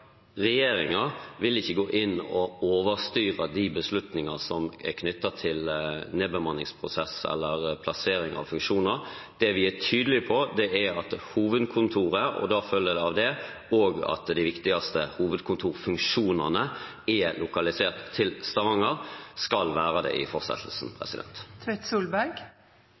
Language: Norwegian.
vil ikke gå inn og overstyre de beslutninger som er knyttet til nedbemanningsprosess eller plassering av funksjoner. Det vi er tydelige på, er at hovedkontoret, og da følger det av det også de viktigste hovedkontorfunksjonene, er lokalisert til Stavanger og skal være det i fortsettelsen.